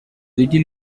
little